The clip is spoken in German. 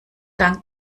dank